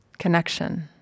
Connection